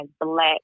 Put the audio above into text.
black